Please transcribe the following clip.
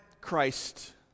Christ